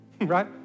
right